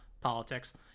politics